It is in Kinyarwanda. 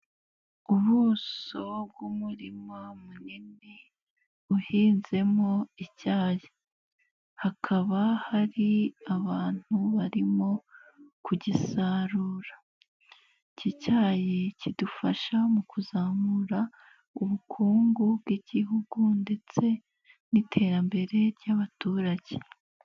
Ubuso bw'umurima munini uhinzemo icyayi. Hakaba hari abantu barimo kugisarura, iki cyayi kidufasha mu kuzamura ubukungu bw'igihugu ndetse n'iterambere ry'abaturage.